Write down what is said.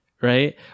Right